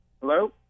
Hello